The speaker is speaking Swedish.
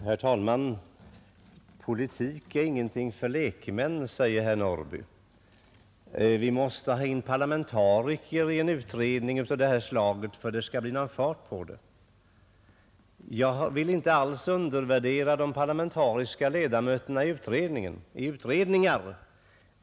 Herr talman! Politik är ingenting för lekmän, säger herr Norrby i Åkersberga. Vi måste ha in parlamentariker i en utredning av det här slaget för att det skall bli någon fart på den. Jag vill inte alls undervärdera de parlamentariska ledamöterna i utredningar.